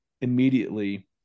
immediately –